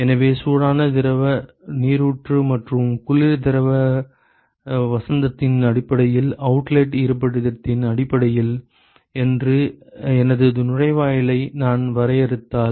எனவே சூடான திரவ நீரூற்று மற்றும் குளிர் திரவ வசந்தத்தின் அடிப்படையில் அவுட்லெட் இருப்பிடத்தின் அடிப்படையில் எனது நுழைவாயிலை நான் வரையறுத்தால்